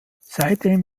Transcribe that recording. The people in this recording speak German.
seitdem